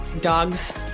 Dogs